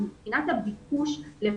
מבחינת חבי הבידוד, כלומר,